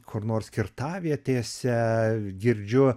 kur nors kirtavietėse girdžiu